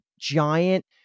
giant